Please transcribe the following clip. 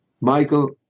Michael